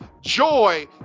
joy